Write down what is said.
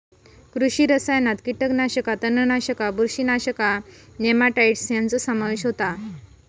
कृषी रसायनात कीटकनाशका, तणनाशका, बुरशीनाशका, नेमाटाइड्स ह्यांचो समावेश होता